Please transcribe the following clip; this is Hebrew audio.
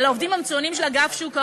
על העובדים המצוינים של אגף שוק ההון?